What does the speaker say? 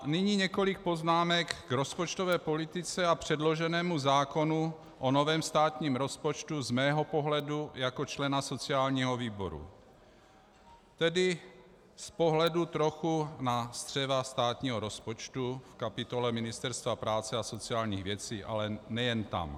Nyní několik poznámek k rozpočtové politice a předloženému zákonu o novém státním rozpočtu z mého pohledu jako člena sociálního výboru, tedy z pohledu trochu na střeva státního rozpočtu v kapitole Ministerstva práce a sociálních věcí, ale nejen tam.